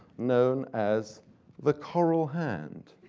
known as the coral hand,